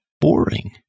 boring